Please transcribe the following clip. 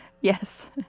Yes